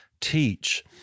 teach